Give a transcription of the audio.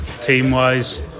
team-wise